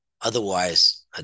Otherwise